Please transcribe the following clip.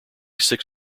six